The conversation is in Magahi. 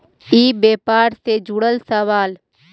ई व्यापार से जुड़ल सवाल?